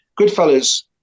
Goodfellas